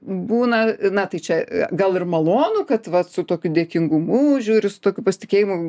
būna na tai čia gal ir malonu kad vat su tokiu dėkingumu žiūri su tokiu pasitikėjimu